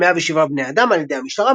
107 בני אדם על ידי המשטרה,